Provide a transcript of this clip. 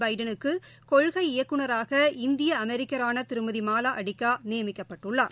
பைடனுக்கு கொள்கை இயக்குநராக இந்திய அமெரிக்கரான திருமதி மாலா அடிகா நியமிக்கப்பட்டுள்ளார்